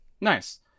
nice